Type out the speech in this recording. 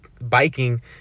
biking